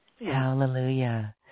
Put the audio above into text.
Hallelujah